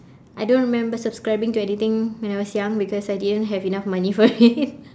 I don't remember subscribing to anything when I was young because I didn't have enough money for it